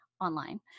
online